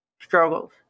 struggles